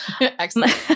Excellent